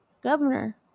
Governor